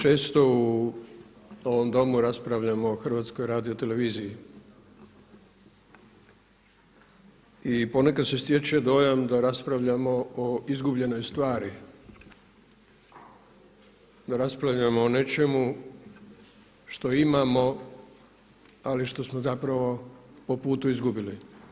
Često u ovom Domu raspravljamo o HRT-u i ponekad se stječe dojam da raspravljamo o izgubljenoj stvari, da raspravljamo o nečemu što imamo, ali što smo zapravo po putu izgubili.